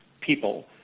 people